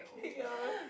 ya